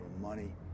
money